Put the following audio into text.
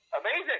Amazing